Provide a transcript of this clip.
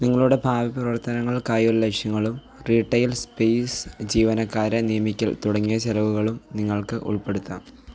നിങ്ങളുടെ ഭാവി പ്രവർത്തനങ്ങൾക്കായുള്ള ലക്ഷ്യങ്ങളും റീട്ടെയിൽ സ്പേസ് ജീവനക്കാരെ നിയമിക്കൽ തുടങ്ങിയ ചിലവുകളും നിങ്ങൾക്ക് ഉൾപ്പെടുത്താം